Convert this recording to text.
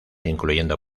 incluyendo